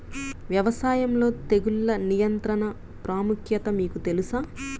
వ్యవసాయంలో తెగుళ్ల నియంత్రణ ప్రాముఖ్యత మీకు తెలుసా?